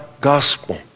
gospel